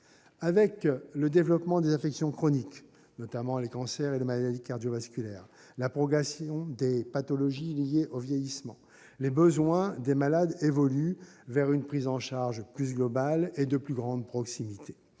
Avec le développement des affections chroniques, notamment les cancers et les maladies cardio-vasculaires, et la progression des pathologies liées au vieillissement, les besoins des malades évoluent vers une prise en charge plus globale et de plus grande proximité.